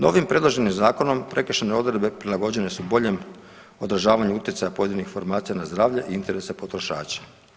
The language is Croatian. Novim predloženim zakonom prekršajne odredbe prilagođene su boljem odražavanju utjecaja pojedinih formacija na zdravlje i interese potrošača.